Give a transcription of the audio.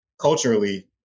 Culturally